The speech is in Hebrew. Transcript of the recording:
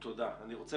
אני חושב